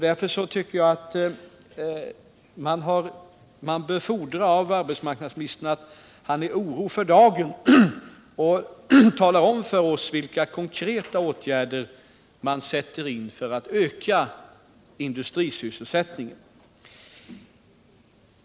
Jag tycker därför att man bör kunna fordra av arbetsmarknadsministern att han känner oro och ansvar för dagens situation och talar om för oss vilka konkreta åtgärder som sätts in för att öka industrisysselsättningen.